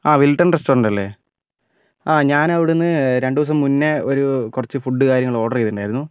Wilton restaurant അല്ലെ ഞാനവിടുന്ന് രണ്ടുദിവസം മുൻപ് ഒരു കുറച്ച് ഫുഡ് കാര്യങ്ങൾ ഓർഡർ ചെയ്തിട്ടുണ്ടായിരുന്നു